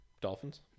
Dolphins